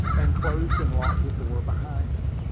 and closed and locked the door behind her.